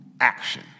action